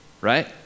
Right